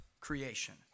creation